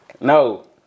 No